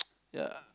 ya